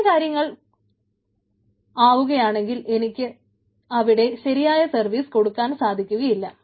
വലിയ കാര്യങ്ങൾ ആവുകയാണെങ്കിൽ എനിക്ക് അവിടെ ശരിയായ സർവീസ് കൊടുക്കുവാൻ സാധിക്കയില്ല